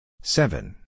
Seven